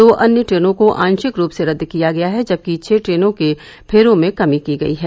दो अन्य ट्रेनों को आंशिक रूप से रद्द किया गया है जबकि छह ट्रेनों के फेरों में कमी की गई है